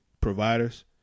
providers